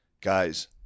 Guys